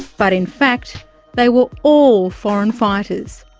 but in fact they were all foreign fighters.